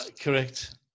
Correct